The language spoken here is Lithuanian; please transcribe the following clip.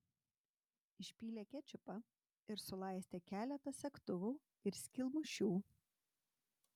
išpylė kečupą ir sulaistė keletą segtuvų ir skylmušių